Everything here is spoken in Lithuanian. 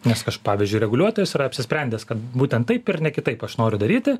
nes pavyzdžiui reguliuotojas yra apsisprendęs kad būtent taip ir ne kitaip aš noriu daryti